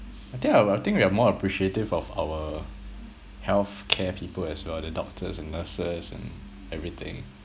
I think I would I think we are more appreciative of our healthcare people as well the doctors and nurses and everything